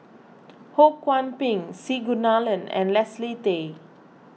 Ho Kwon Ping C Kunalan and Leslie Tay